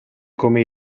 come